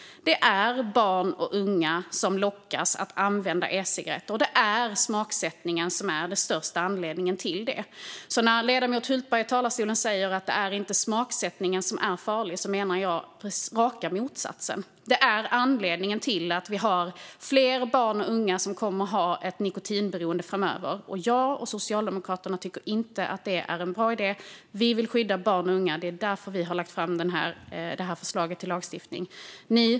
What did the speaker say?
Det är barn och unga som lockas att använda e-cigaretter, och det är smaksättningen som är den största anledningen till det. Ledamoten Hultberg stod i talarstolen och sa att smaksättningen inte är farlig, men jag menar raka motsatsen. Den är anledningen till att fler barn och unga kommer att ha ett nikotinberoende framöver. Jag och Socialdemokraterna tycker inte att det är en bra idé. Vi vill skydda barn och unga. Det är därför vi har lagt fram förslaget till lagstiftning.